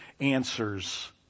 answers